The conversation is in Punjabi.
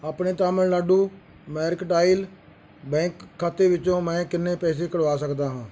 ਆਪਣੇ ਤਾਮਿਲਨਾਡੂ ਮਰਕੈਂਟਾਈਲ ਬੈਂਕ ਖਾਤੇ ਵਿੱਚੋਂ ਮੈਂ ਕਿੰਨੇ ਪੈਸੇ ਕੱਢਵਾ ਸਕਦਾ ਹਾਂ